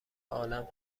عالم